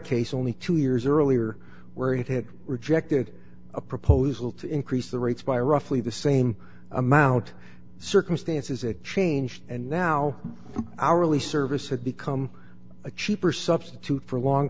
case only two years earlier where it had rejected a proposal to increase the rates by roughly the same amount circumstances it changed and now hourly service had become a cheaper substitute for a long